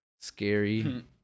Scary